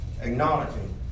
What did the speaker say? Acknowledging